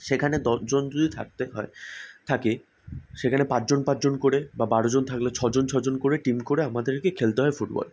সেখানে দশজন যদি থাকতে হয় থাকে সেখানে পাঁচজন পাঁচজন করে বা বারোজন থাকলে ছজন ছজন করে টিম করে আমাদেরকে খেলতে হয় ফুটবল